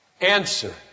Answer